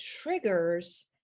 triggers